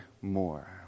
more